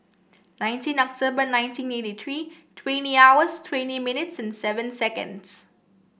nineteen October nineteen eighty three twenty hours twenty minutes and seven seconds